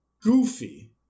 Goofy